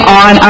on